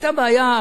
היתה בעיה,